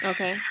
Okay